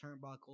turnbuckle